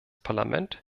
parlament